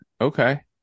okay